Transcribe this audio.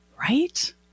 right